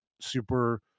super –